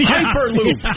Hyperloop